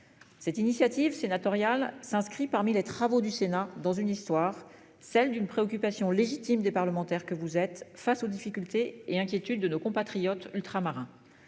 Cette initiative sénatoriale s'inscrit parmi les travaux du Sénat dans une histoire, celle d'une préoccupation légitime des parlementaires, que vous êtes face aux difficultés et inquiétude de nos compatriotes ultramarins.